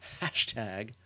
hashtag